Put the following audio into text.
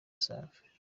save